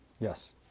Yes